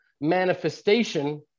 manifestation